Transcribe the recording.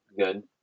good